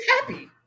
happy